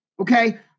Okay